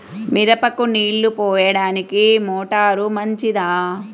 మిరపకు నీళ్ళు పోయడానికి మోటారు మంచిదా?